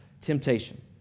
temptation